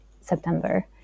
September